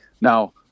Now